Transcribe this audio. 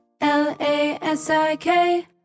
L-A-S-I-K